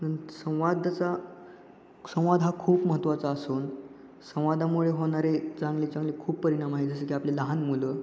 कारण संवादाचा संवाद हा खूप महत्त्वाचा असून संवादामुळे होणारे चांगले चांगले खूप परिणाम आहे जसे की आपले लहान मुलं